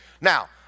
Now